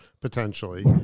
potentially